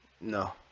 No